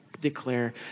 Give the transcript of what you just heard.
declare